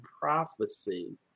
Prophecy